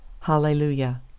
HALLELUJAH